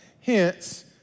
Hence